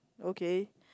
okay